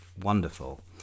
Wonderful